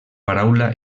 paraula